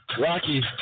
rocky